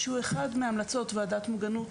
שהוא אחת מהמלצות ועדת מוגנות,